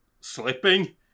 slipping